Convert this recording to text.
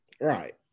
Right